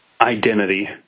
Identity